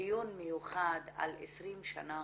דיון מיוחד על 20 שנה